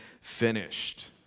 finished